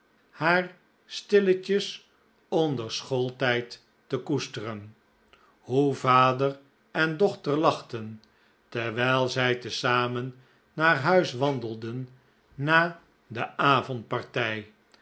haar stilletjes onder schooltijd te koesteren hoe vader en dochter lachten terwijl zij te zamen naar huis wandelden na de